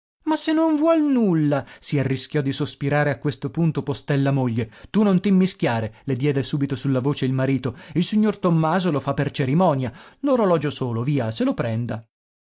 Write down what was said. ma se non vuol nulla si arrischiò di sospirare a questo punto postella moglie tu non t'immischiare le diede subito su la voce il marito il signor tommaso lo fa per cerimonia l'orologio solo via se lo prenda